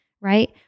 Right